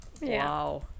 Wow